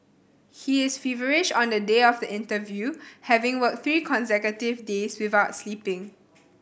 he is feverish on the day of the interview having worked three consecutive days without sleeping